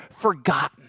forgotten